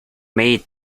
may